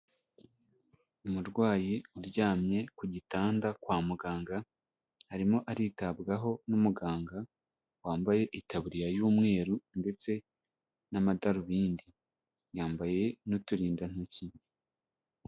Umurwayi uryamye ku gitanda kwa muganga arimo aritabwaho n'umuganga wambaye itaburiya y'umweru ndetse n'amadarubindi, yambaye n'uturindantoki.